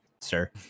sir